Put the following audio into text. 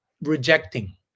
rejecting